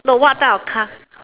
no what type of cars